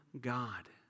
God